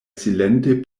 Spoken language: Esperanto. silente